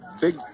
big